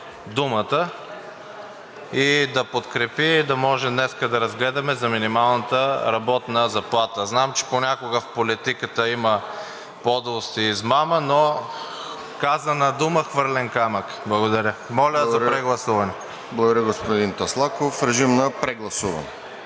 господин Таслаков. Режим на прегласуване.